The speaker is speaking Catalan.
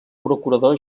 procurador